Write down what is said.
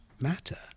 matter